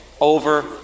over